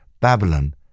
Babylon